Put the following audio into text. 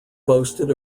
boasted